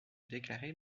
déclarer